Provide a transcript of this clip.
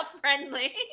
friendly